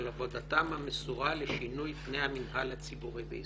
עבודתם המסורה לשינוי פני המנהל הציבורי בישראל."